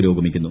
പുരോഗമിക്കുന്നു